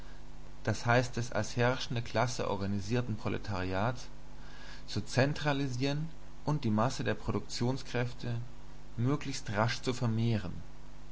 d h des als herrschende klasse organisierten proletariats zu zentralisieren und die masse der produktionskräfte möglichst rasch zu vermehren